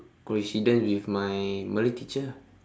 coincidence with my malay teacher ah